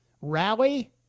rally